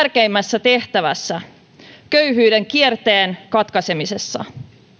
tärkeimmässä tehtävässä köyhyyden kierteen katkaisemisessa